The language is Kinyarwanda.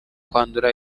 kwandura